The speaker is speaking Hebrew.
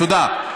תודה.